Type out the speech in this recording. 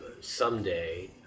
someday